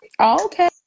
okay